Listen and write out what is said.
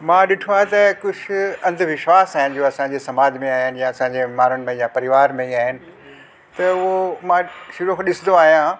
मां ॾिठो आहे त कुझु अंधविश्वास आहिनि जो असांजे समाज में आहिनि या असांजे ॿारन में या परिवार में ई आहिनि त उहे मां शुरू खां ॾिसंदो आहियां